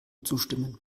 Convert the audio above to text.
zustimmen